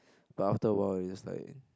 but after a while we just like